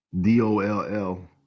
D-O-L-L